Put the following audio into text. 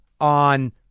on